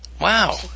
Wow